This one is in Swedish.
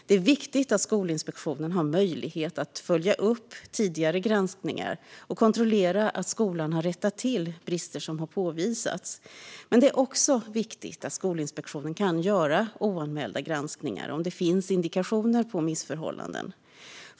Det är viktigt att Skolinspektionen har möjlighet att följa upp tidigare granskningar och kontrollera att skolan rättat till brister som påvisats. Men det är också viktigt att Skolinspektionen kan göra oanmälda granskningar om det finns indikationer på missförhållanden.